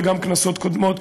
וגם כנסות קודמות,